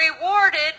Rewarded